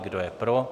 Kdo je pro?